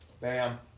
Bam